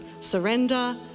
Surrender